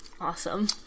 Awesome